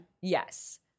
Yes